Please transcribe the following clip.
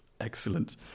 excellent